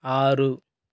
ఆరు